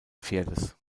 pferdes